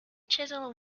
chisel